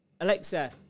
Alexa